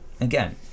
again